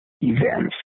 events